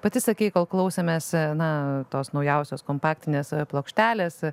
pati sakei kol klausėmės na tos naujausios kompaktinės plokštelės